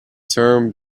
term